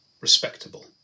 respectable